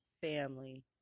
family